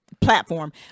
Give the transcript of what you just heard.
platform